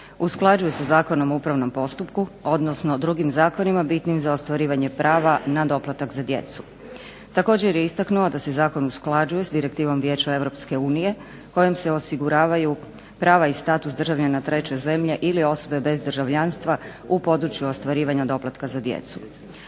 usklađuje sa Zakonom o upravnom postupku, odnosno drugim zakonima bitnim za ostvarivanje prava na doplatak za djecu. Također je istaknuo da se zakon usklađuje sa Direktivom Vijeća Europske unije kojom se osiguravaju prava i status državljana treće zemlje ili osobe bez državljanstva u području ostvarivanja doplatka za djecu.